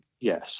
Yes